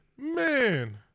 man